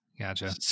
Gotcha